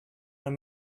d’un